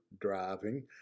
driving